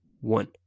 one